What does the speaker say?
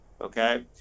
Okay